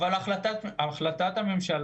אבל החלטת הממשלה,